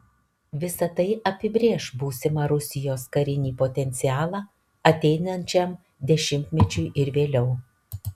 visa tai apibrėš būsimą rusijos karinį potencialą ateinančiam dešimtmečiui ir vėliau